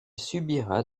subira